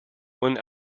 when